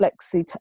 flexi